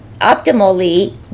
optimally